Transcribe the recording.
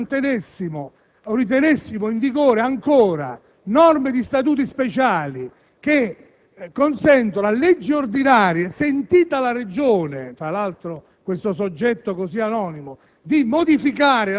quale sarebbe estremamente originale se mantenessimo o ritenessimo ancora in vigore norme di Statuti speciali che consentono a leggi ordinarie, sentita la Regione (tra l'altro,